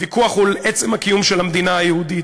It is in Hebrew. הוויכוח הוא על עצם הקיום של המדינה היהודית,